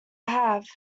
have